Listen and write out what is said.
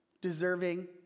deserving